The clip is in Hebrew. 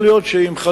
יכול להיות שאם,